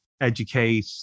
educate